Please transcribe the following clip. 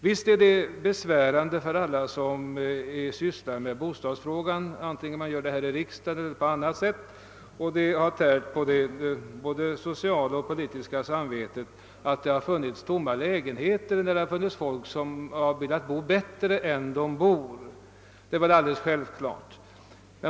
Visst är det besvärande för alla som sysslar med bostadsfrågan, vare sig man gör det här i riksdagen eller på annat sätt, och besvärande för både det sociala och det politiska samvetet, att lägenheter har stått tomma när det har funnits folk som har velat bo bättre än de bor. Det är väl alldeles självklart.